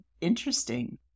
interesting